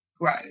grow